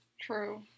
True